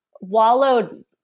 wallowed